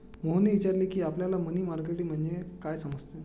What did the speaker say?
मोहनने विचारले की, आपल्याला मनी मार्केट म्हणजे काय समजते?